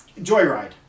joyride